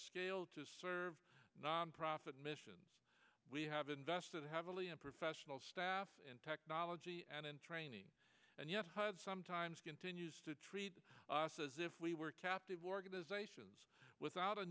scale to serve nonprofit missions we have invested heavily professional staff in technology and in training and yet sometimes continues to treat us as if we were captive organizations without a